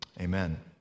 Amen